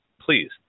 please